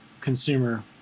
consumer